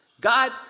God